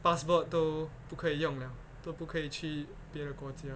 passport 都不可以用了可不可以去别人国家